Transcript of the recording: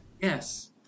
Yes